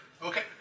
Okay